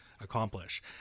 accomplish